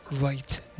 right